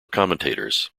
commentators